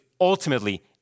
ultimately